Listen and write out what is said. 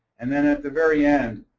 and then at the very end,